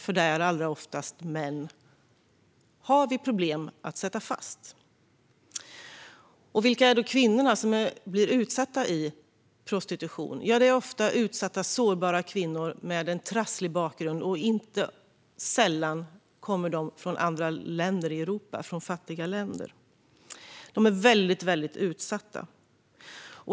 Vilka är då de kvinnor som blir utsatta för prostitution? Ja, det är ofta utsatta, sårbara kvinnor med en trasslig bakgrund. Inte sällan kommer de från fattiga länder i Europa, och de är väldigt utsatta.